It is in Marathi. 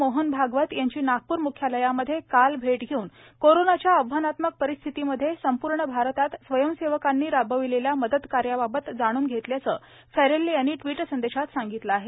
मोहन भागवत यांची नागपूर मुख्यालयामध्ये काल भेट घेवून कोरोनाच्या आव्हानात्मक परिस्थितीमध्ये संपूर्ण भारतात स्वयंसेवकानी राबविलेल्या मदतकार्याबाबत जाणून घेतल्याचं फॅरेल्ल यांनी ट्विटसंदेशात सांगितलं आहे